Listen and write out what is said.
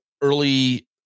early